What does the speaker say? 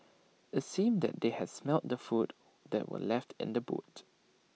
IT seemed that they had smelt the food that were left in the boot